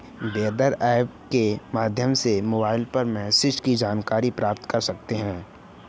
weather app के माध्यम से मोबाइल पर मौसम की जानकारी प्राप्त कर सकते हैं